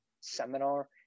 Seminar